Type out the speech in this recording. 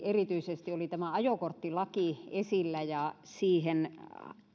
erityisesti tämä ajokorttilaki esillä ja